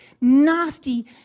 nasty